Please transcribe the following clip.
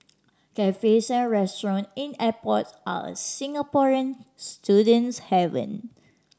cafes and restaurant in airport are a Singaporean student's haven